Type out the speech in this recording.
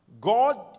god